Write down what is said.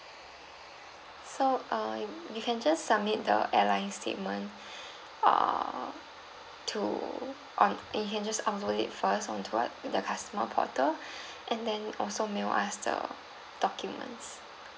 so uh you can just submit the airline statement err to on you can just upload it first onto uh the customer portal and then also mail us the documents